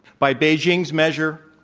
by beijing's measure,